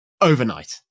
overnight